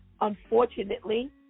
Unfortunately